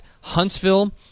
Huntsville